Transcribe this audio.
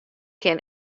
kin